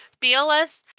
bls